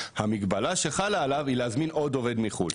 המגבלה שחלה עליו היא להזמין עוד עובד מחו"ל.